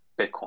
Bitcoin